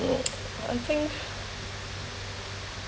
well I think